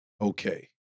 okay